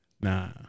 Nah